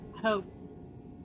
Hope